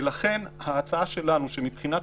ולכן ההצעה שלנו, שמבחינת